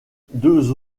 deux